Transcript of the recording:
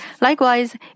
Likewise